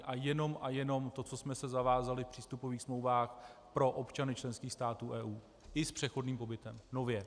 A jenom a jenom to, co jsme se zavázali při vstupových smlouvách pro občany členských států EU, i s přechodným pobytem nově.